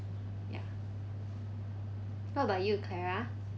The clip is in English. ya what about you clara